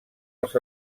els